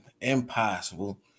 impossible